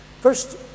First